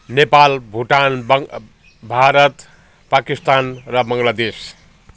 नेपाल भुटान बङ् भारत पाकिस्तान र बङ्गलादेश